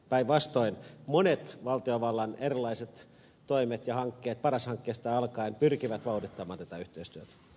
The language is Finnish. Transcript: päinvastoin monet valtiovallan erilaiset toimet ja hankkeet paras hankkeesta alkaen pyrkivät vauhdittamaan tätä yhteistyötä